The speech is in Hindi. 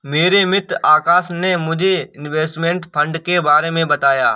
मेरे मित्र आकाश ने मुझे इनवेस्टमेंट फंड के बारे मे बताया